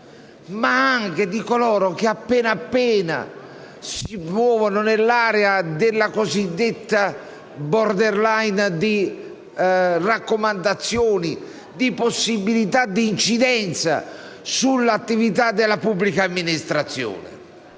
ma anche di coloro che si muovono nell'area della cosiddetta *border line* di raccomandazioni, di possibilità di incidenza sull'attività della pubblica amministrazione.